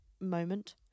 Moment